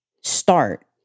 start